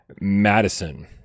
madison